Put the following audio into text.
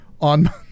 on